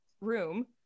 room